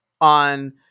on